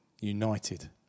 united